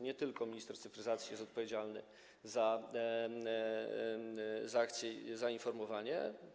Nie tylko minister cyfryzacji jest odpowiedzialny za akcję i za informowanie.